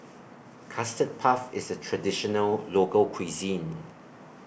Custard Puff IS A Traditional Local Cuisine